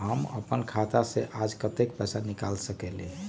हम अपन खाता से आज कतेक पैसा निकाल सकेली?